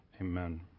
Amen